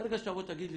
ברגע שתבוא ותגיד לי,